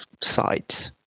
sides